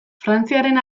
frantziaren